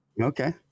Okay